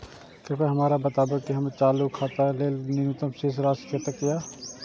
कृपया हमरा बताबू कि हमर चालू खाता के लेल न्यूनतम शेष राशि कतेक या